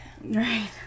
Right